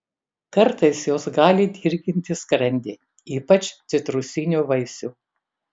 kartais jos gali dirginti skrandį ypač citrusinių vaisių